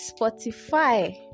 Spotify